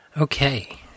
Okay